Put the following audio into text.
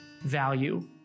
value